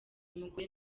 umugore